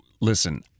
listen